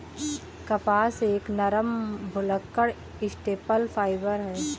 कपास एक नरम, भुलक्कड़ स्टेपल फाइबर है